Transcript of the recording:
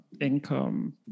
income